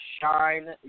Shine